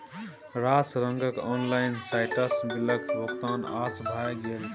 रास रंगक ऑनलाइन साइटसँ बिलक भोगतान आसान भए गेल छै